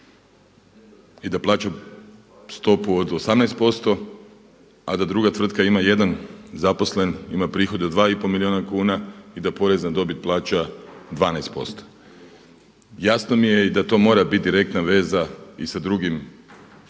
i da plaća stopu od 18% a da druga tvrtka ima jedna zaposlen, ima prihode od 2,5 milijuna kuna i da porez na dobit plaća 12%. Jasno mi je i da to mora biti direktna veza i sa drugim Zakonima